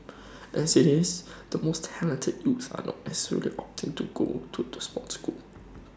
as IT is the most talented youth are not necessarily opting to go to the sports school